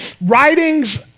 writings